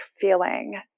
feeling